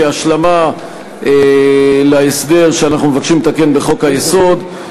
כהשלמה להסדר שאנחנו מבקשים לתקן בחוק-היסוד,